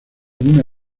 una